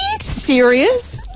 serious